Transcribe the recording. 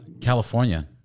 California